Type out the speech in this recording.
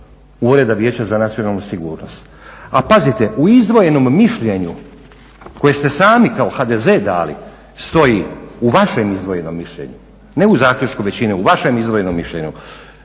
Ureda Vijeća za nacionalnu sigurnost. A pazite, u izdvojenom mišljenju koje ste sami kao HDZ dali stoji, u vašem izdvojenom mišljenju, ne u zaključku većine, u vašem izdvojenom mišljenju,